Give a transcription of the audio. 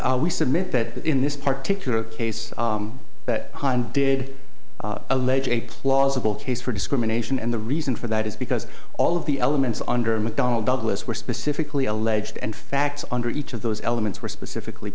we submit that in this particular case that heine did allege a plausible case for discrimination and the reason for that is because all of the elements under mcdonnell douglas were specifically alleged and facts under each of those elements were specifically